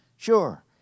Sure